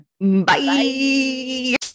Bye